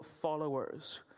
followers